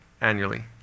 annually